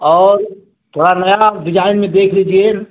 और थोड़ा नये डिज़ाईन में देख लीजिए